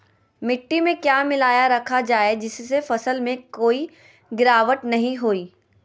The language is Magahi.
मिट्टी में क्या मिलाया रखा जाए जिससे फसल में कोई गिरावट नहीं होई?